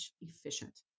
efficient